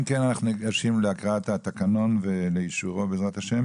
אם כן אנחנו ניגשים להקראת התקנון ולאישורו בעזרת ה'.